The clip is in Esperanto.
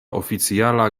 oficiala